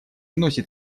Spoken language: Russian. носит